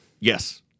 Yes